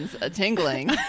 a-tingling